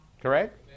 Correct